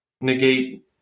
negate